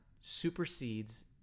supersedes